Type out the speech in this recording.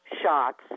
shots